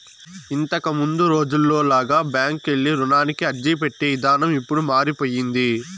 ఇంతకముందు రోజుల్లో లాగా బ్యాంకుకెళ్ళి రుణానికి అర్జీపెట్టే ఇదానం ఇప్పుడు మారిపొయ్యింది